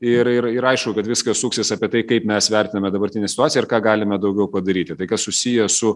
ir ir ir aišku kad viskas suksis apie tai kaip mes vertiname dabartinę situaciją ir ką galime daugiau padaryti tai kas susiję su